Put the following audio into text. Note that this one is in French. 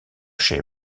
chez